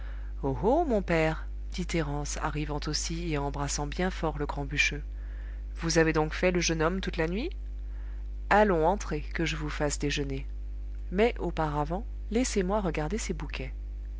mon père dit thérence arrivant aussi et embrassant bien fort le grand bûcheux vous avez donc fait le jeune homme toute la nuit allons entrez que je vous fasse déjeuner mais auparavant laissez-moi regarder ces bouquets